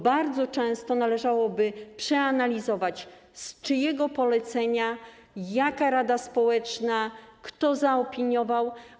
Bardzo często należałoby przeanalizować, z czyjego polecenia, jaka rada społeczna, kto to zaopiniował.